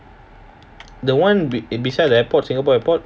the one be it beside the airport singapore airport